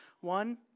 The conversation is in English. One